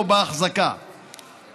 חברי הכנסת, הצעת חוק בתי המשפט (תיקון מס'